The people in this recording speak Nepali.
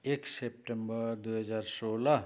एक सेप्टेम्बर दुई हजार सोह्र